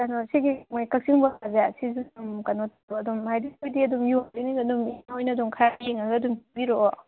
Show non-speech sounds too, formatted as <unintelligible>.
ꯀꯦꯅꯣ ꯁꯤꯒꯤ ꯃꯣꯏ ꯀꯛꯆꯤꯡ ꯕꯣꯔꯥꯁꯦ ꯁꯤꯁꯨ ꯑꯗꯨꯝ ꯀꯩꯅꯣ ꯑꯗꯨꯝ ꯍꯥꯏꯗꯤ <unintelligible> ꯑꯗꯨꯝ ꯌꯣꯟꯗꯣꯏꯅꯤꯅ ꯑꯗꯨꯝ ꯅꯣꯏꯅ ꯑꯗꯨꯝ ꯈꯔ ꯌꯦꯡꯂꯒ ꯑꯗꯨꯝ ꯄꯤꯕꯤꯔꯛꯑꯣ